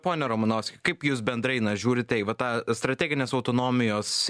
pone romanovski kaip jūs bendrai na žiūrite į va tą strateginės autonomijos